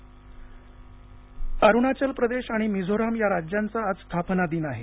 अरुणाचल मिझोरम अरुणाचल प्रदेश आणि मिझोराम या राज्यांचा आज स्थापना दिन आहे